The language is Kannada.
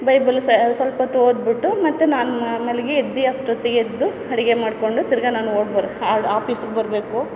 ಬೈಬಲ್ ಸ್ವಲ್ಪ ಹೊತ್ತು ಓದ್ಬಿಟ್ಟು ಮತ್ತೆ ನಾನು ಮಲಗಿ ಎದ್ದು ಅಷ್ಟೊತ್ತಿಗೆ ಎದ್ದು ಅಡುಗೆ ಮಾಡಿಕೊಂಡು ತಿರ್ಗ ನಾನು ಹೋಗಿ ಬರ್ ಆಫೀಸ್ಗೆ ಬರಬೇಕು